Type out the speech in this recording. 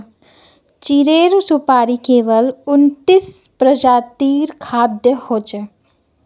चीड़ेर सुपाड़ी केवल उन्नतीस प्रजातिर खाद्य हछेक